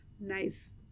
nice